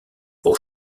par